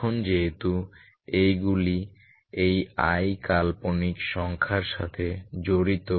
এখন যেহেতু এইগুলি এই i কাল্পনিক সংখ্যার সাথে জড়িত